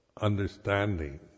understanding